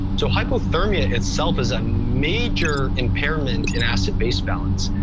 so hypothermia itself is a major impairment in acid-base balance.